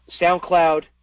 SoundCloud